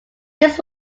this